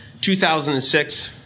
2006